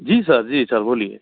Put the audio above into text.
जी sir जी sir बोलिए